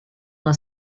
una